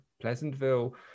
Pleasantville